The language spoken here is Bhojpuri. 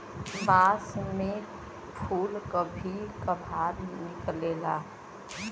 बांस में फुल कभी कभार निकलेला